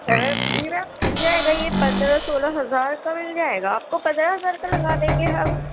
سرا پیرا مل جائے گا یہ پندرہ سولہ ہزار کا مل جائے گا آپ کو پندرہ ہزار کا لگا دیں گے ہم